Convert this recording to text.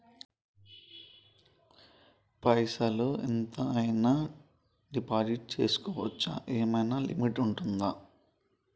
పైసల్ ఎంత అయినా డిపాజిట్ చేస్కోవచ్చా? ఏమైనా లిమిట్ ఉంటదా?